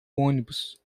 ônibus